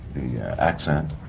accent,